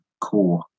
core